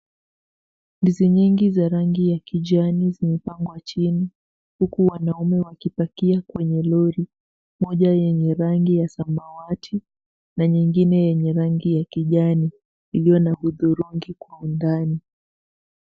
Ndizi nyingi za rangi ya kijani zimepangwa chini, huku wanaume wakipakia kwenye lori moja yenye rangi ya samawati na nyingine yenye rangi ya kijani iliyo na hudhurungi kwa undani.